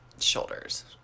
Shoulders